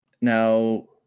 Now